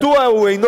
מדוע הוא אינו